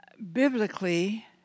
Biblically